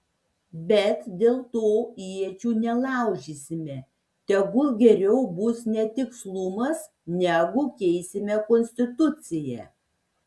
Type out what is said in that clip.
bet dėl to iečių nelaužysime tegul geriau bus netikslumas negu keisime konstituciją